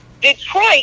Detroit